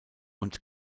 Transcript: und